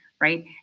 right